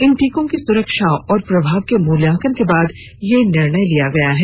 इन टीकों की सुरक्षा और प्रभाव के मुल्यांकन के बाद यह निर्णय किया गया है